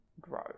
grow